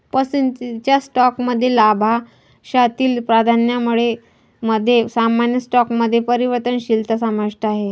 पसंतीच्या स्टॉकमध्ये लाभांशातील प्राधान्यामध्ये सामान्य स्टॉकमध्ये परिवर्तनशीलता समाविष्ट आहे